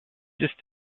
ist